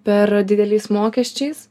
per dideliais mokesčiais